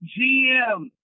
GM